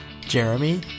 Jeremy